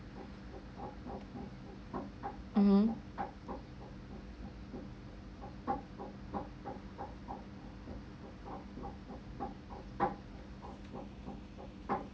mmhmm